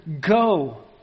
go